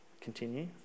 Continue